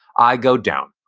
i go down,